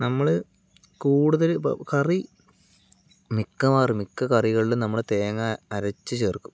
നമ്മൾ കൂടുതൽ ഇപ്പോൾ കറി മിക്കവാറും മിക്ക കറികളിലും നമ്മൾ തേങ്ങ അരച്ച് ചേർക്കും